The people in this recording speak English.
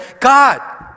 God